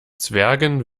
zwergen